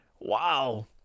Wow